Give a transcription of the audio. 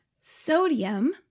Sodium